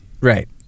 right